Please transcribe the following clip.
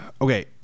Okay